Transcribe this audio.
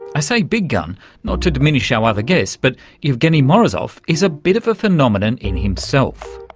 i say big gun not to diminish our other guests, but yeah evgeny morozov is a bit of a phenomenon in himself.